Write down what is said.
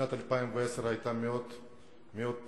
שנת 2010 היתה מאוד טרגית,